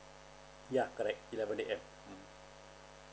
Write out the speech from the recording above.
ya correct eleven A_M mm